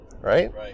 right